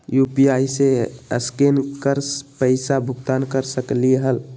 UPI से scan कर पईसा भुगतान कर सकलीहल?